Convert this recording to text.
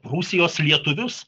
prūsijos lietuvius